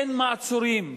אין מעצורים,